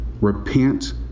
Repent